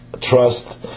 trust